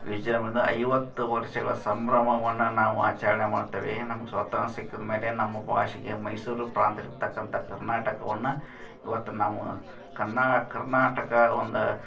ವಿಜೃಂಭಣೆಯಿಂದ ಐವತ್ತು ವರ್ಷಗಳ ಸಂಭ್ರಮವನ್ನು ನಾವು ಆಚರಣೆ ಮಾಡ್ತೇವೆ ನಮ್ಗೆ ಸ್ವಾತಂತ್ರ್ಯ ಸಿಕ್ಕಿದ ಮೇಲೆ ನಮ್ಮ ಭಾಷೆಗೆ ಮೈಸೂರು ಪ್ರಾಂತ್ಯ ಇರ್ತಕ್ಕಂಥ ಕರ್ನಾಟಕವನ್ನು ಇವತ್ತು ನಾವು ಕನ್ನಾ ಕರ್ನಾಟಕ ಒಂದು